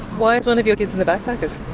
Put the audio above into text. why is one of your kids in the backpackers'?